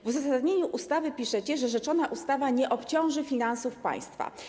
W uzasadnieniu ustawy piszecie, że rzeczona ustawa nie obciąży finansów państwa.